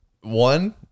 one